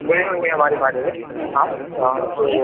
सुने होंगे हमारे बारे में आप हाँ तो